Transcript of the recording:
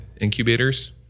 incubators